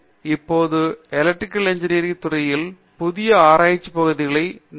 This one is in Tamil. எனவே இப்போது எலக்ட்ரிகல் இன்ஜினியரிங் துறையில் புதிய ஆராய்ச்சி பகுதிகளை நீங்கள் அறிவீர்கள்